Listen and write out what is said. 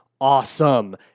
awesome